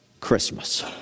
Christmas